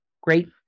great